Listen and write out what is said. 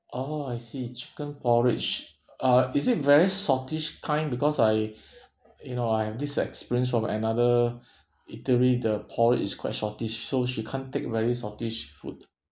oh I see chicken porridge uh is it very saltish kind because I you know I have this experience from another eatery the porridge is quite saltish so she can't take very saltish food